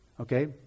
Okay